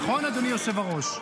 נכון, אדוני היושב-ראש?